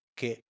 che